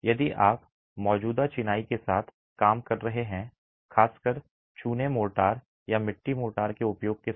यदि आप मौजूदा चिनाई के साथ काम कर रहे हैं खासकर चूने मोर्टार या मिट्टी मोर्टार के उपयोग के साथ